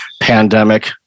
Pandemic